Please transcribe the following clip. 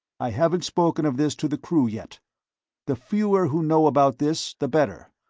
i haven't spoken of this to the crew yet the fewer who know about this, the better.